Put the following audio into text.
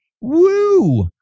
Woo